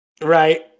Right